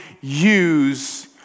use